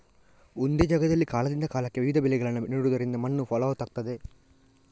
ಒಂದೇ ಜಾಗದಲ್ಲಿ ಕಾಲದಿಂದ ಕಾಲಕ್ಕೆ ವಿವಿಧ ಬೆಳೆಗಳನ್ನ ನೆಡುದರಿಂದ ಮಣ್ಣು ಫಲವತ್ತಾಗ್ತದೆ